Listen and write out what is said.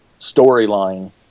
storyline